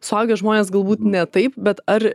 suaugę žmonės galbūt ne taip bet ar